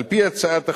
על-פי הצעת החוק,